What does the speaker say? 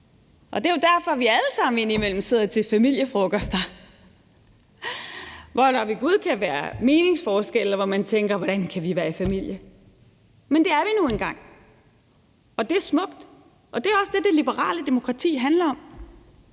af. Det er jo derfor, vi alle sammen indimellem sidder til familiefrokoster, hvor der ved gud kan være meningsforskelle, og tænker: Hvordan kan vi være i familie? Men det er vi nu engang, og det er smukt. Det er også det, det liberale demokrati handler om.